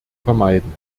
vermeiden